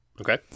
Okay